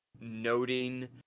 noting